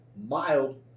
mild